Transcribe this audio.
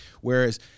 whereas